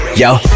yo